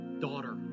daughter